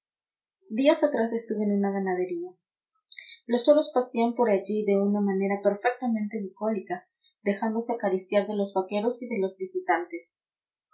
días atrás estuve en una ganadería los toros pacían por allí de una manera perfectamente bucólica dejándose acariciar de los vaqueros y de los visitantes